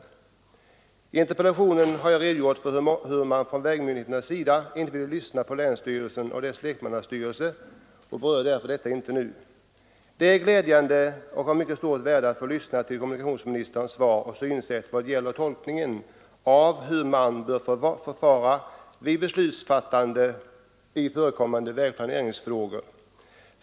I interpellationen har jag redogjort för hur man från vägmyndigheternas sida inte vill lyssna på länsstyrelsen och dess lekmannastyrelse och jag berör därför inte detta mera nu. Det är glädjande och av mycket stort värde att få lyssna till kommunikationsministerns svar och synsätt vad gäller tolkningen av hur man bör förfara vid beslutsfattande i förekommande vägplaneringsfrågor.